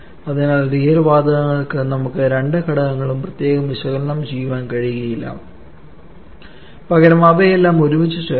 അതിനാൽ റിയൽ വാതകങ്ങൾക്ക് നമുക്ക് രണ്ട് ഘടകങ്ങളും പ്രത്യേകം വിശകലനം ചെയ്യാൻ കഴിയില്ല പകരം അവയെല്ലാം ഒരുമിച്ച് ചേർക്കണം